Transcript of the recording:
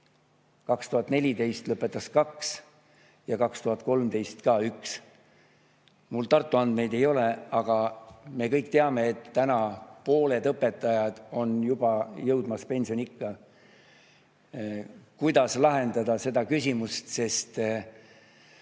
2014 lõpetas kaks ja 2013 ka üks. Mul Tartu andmeid ei ole, aga me kõik teame, et täna pooled õpetajad on juba jõudmas pensioniikka. Kuidas lahendada seda küsimust, sest